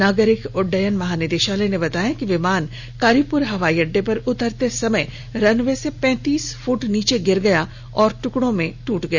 नागरिक उड्डयन महानिदेशालय ने बताया कि विमान कारीपुर हवाई अड्डे पर उतरते समय रनवे से पैंतीस फृट नीचे गिर गया और ट्कड़ों में ट्रट गया